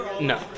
No